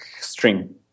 string